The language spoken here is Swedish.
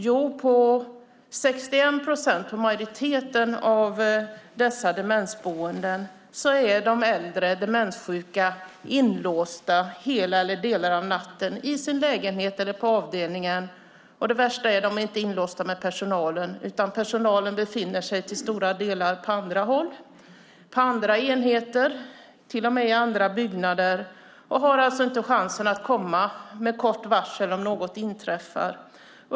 Jo, på 61 procent, på majoriteten, av dessa demensboenden är de äldre demenssjuka inlåsta hela eller delar av natten i sin lägenhet eller på avdelningen. Det värsta är att de inte är inlåsta med personalen, utan personalen befinner sig till stora delar på andra håll, på andra enheter och till och med i andra byggnader och kan alltså inte komma med kort varsel om något inträffar.